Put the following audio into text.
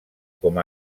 com